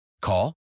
Call